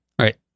Right